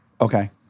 Okay